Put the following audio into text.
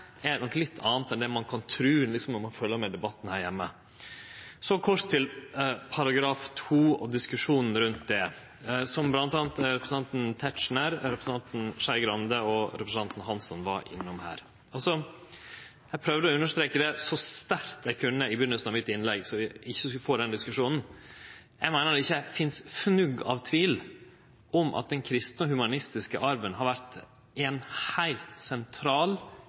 ein kan tru når ein følgjer med i debatten her heime. Så kort til § 2 og diskusjonen rundt det, som bl.a. representanten Tetzschner, representanten Skei Grande og representanten Hansson var innom. Eg prøvde å understreke så sterkt eg kunne i byrjinga av innlegget mitt, så vi ikkje skulle få den diskusjonen, at eg meiner det ikkje finst fnugg av tvil om at den kristne og humanistiske arven har vore ei heilt sentral